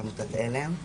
של עמותת על"ם.